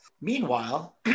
Meanwhile